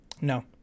No